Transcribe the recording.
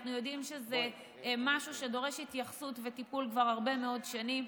אנחנו יודעים שזה משהו שדורש התייחסות וטיפול כבר הרבה מאוד שנים,